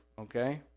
okay